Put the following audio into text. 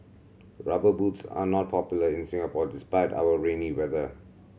Rubber Boots are not popular in Singapore despite our rainy weather